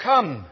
Come